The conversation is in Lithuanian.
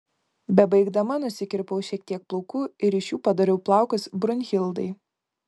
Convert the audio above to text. bebaigdama nusikirpau šiek tiek plaukų ir iš jų padariau plaukus brunhildai